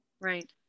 Right